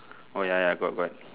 oh ya ya got got